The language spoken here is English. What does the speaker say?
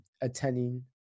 attending